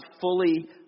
fully